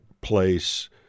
place